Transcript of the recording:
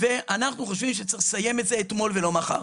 ואנחנו חושבים שצריך לסיים את זה אתמול ולא מחר.